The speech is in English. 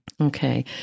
Okay